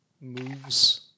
moves